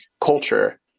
culture